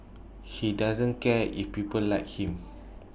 he doesn't care if people like him